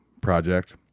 project